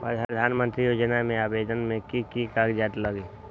प्रधानमंत्री योजना में आवेदन मे की की कागज़ात लगी?